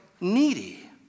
needy